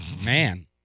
Man